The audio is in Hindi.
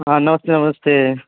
हाँ नमस्ते नमस्ते